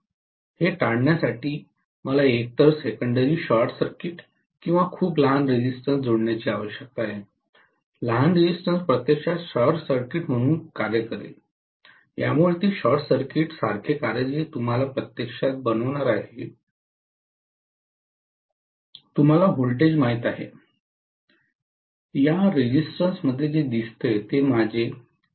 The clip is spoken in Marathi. हे टाळण्यासाठी मला एकतर सेकंडरी शॉर्ट सर्किट किंवा खूप लहान रेझिस्टन्स जोडण्याची आवश्यकता आहे लहान रेझिस्टन्स प्रत्यक्षात शॉर्ट सर्किट म्हणून कार्य करेल यामुळे ते शॉर्ट सर्किट सारखे कार्य करेल जे तुम्हाला प्रत्यक्षात बनवणार आहे तुम्हाला व्होल्टेज माहित आहे या रेझिस्टन्स मध्ये जे दिसते ते माझे 'I' आहे